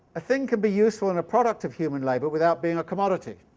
a thing can be useful and a product of human labour without being a commodity.